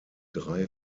drei